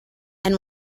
and